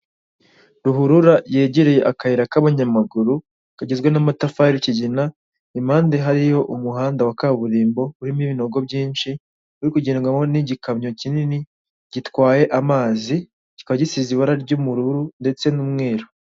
Ruhurura yegereye akayira k'abanyamaguru kagizwe n'amatafari y'ikigina, ku mpande hari umuhanda wa kaburimbo urimo ibinogo byinshi, uri kugendwamo n'igikamyo kinini gitwaye amazi, kikaba gisize ibara ry'ubururu ndetse n'umweru.